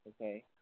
Okay